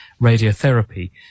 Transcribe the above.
radiotherapy